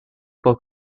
può